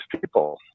people